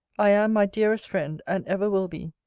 i am, my dearest friend, and ever will be,